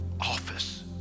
office